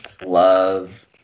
love